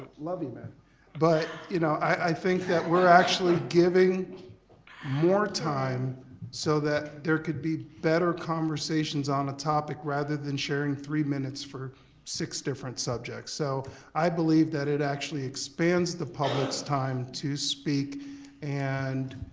love you man but you know i think that we're actually giving more time so that there could be better conversations on a topic rather than sharing three minutes for six different subjects. so i believe that it actually expands the public's time to speak and